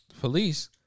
police